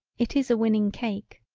it is a winning cake.